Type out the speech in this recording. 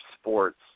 sports